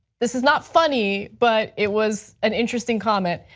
this is not funny, but it was an interesting comment,